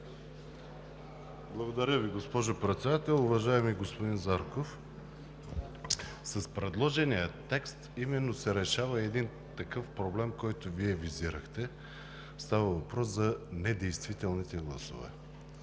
Благодаря Ви, госпожо Председател. Уважаеми господин Зарков, с предложения текст именно се решава един такъв проблем, който Вие визирахте – става въпрос за недействителните гласове.